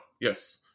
Yes